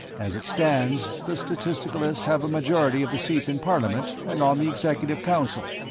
as it stands, the statisticalists have a majority of the seats in parliament and on the executive council.